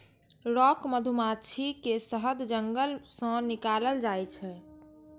rock मधुमाछी के शहद जंगल सं निकालल जाइ छै